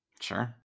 Sure